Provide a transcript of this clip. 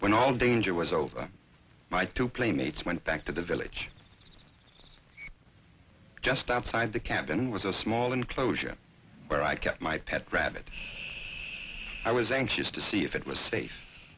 when all danger was over my two playmates went back to the village just outside the cabin was a small enclosure where i kept my pet rabbit i was anxious to see if it was safe